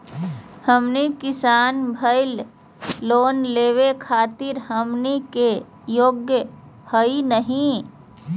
हमनी किसान भईल, लोन लेवे खातीर हमनी के योग्य हई नहीं?